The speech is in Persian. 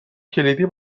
کلیدی